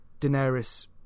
Daenerys